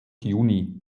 juni